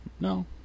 No